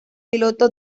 piloto